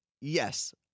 yes